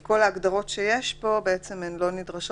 כל ההגדרות שיש פה בעצם לא נדרשות,